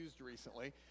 recently